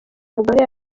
umugore